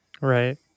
Right